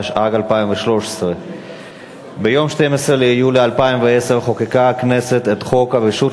התשע"ג 2013. ביום 12 ביולי 2010 חוקקה הכנסת את חוק הרשות לפיתוח הנגב,